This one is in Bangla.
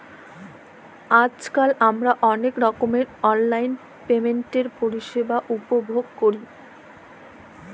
আইজকাল আমরা অলেক রকমের অললাইল পেমেল্টের পরিষেবা উপভগ ক্যরি